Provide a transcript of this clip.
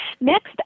Next